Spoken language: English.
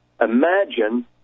imagine